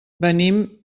venim